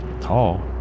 tall